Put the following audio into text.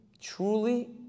truly